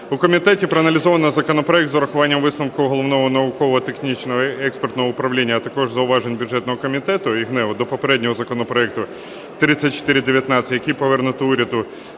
У комітеті проаналізовано законопроект з урахуванням висновку Головного науково-експертного управління, а також зауважень бюджетного комітету і ГНЕУ до попереднього законопроекту 3419, який повернуто уряду,